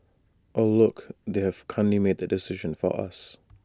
oh look they've kindly made the decision for us